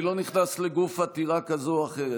אני לא נכנס לגוף עתירה כזאת או אחרת.